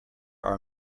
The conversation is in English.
are